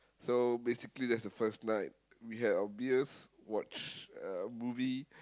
so basically that's the first night we had our beers watch uh movie